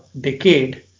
decade